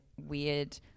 weird